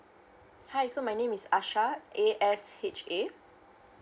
hi so my name is asha A S H A